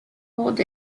called